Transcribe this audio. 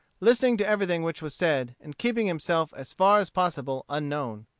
listening to everything which was said, and keeping himself as far as possible unknown.